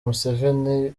museveni